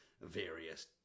various